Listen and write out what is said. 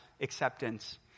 acceptance